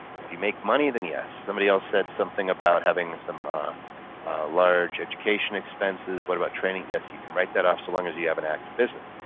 if you make money then yes. somebody else said something about having some large education expenses. what about training? yes you can write that off so long as you have an active business.